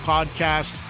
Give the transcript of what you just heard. Podcast